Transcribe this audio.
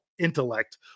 intellect